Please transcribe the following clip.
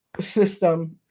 system